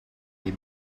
les